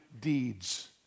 deeds